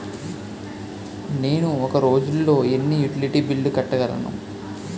నేను ఒక రోజుల్లో ఎన్ని యుటిలిటీ బిల్లు కట్టగలను?